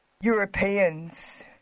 Europeans